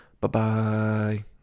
Bye-bye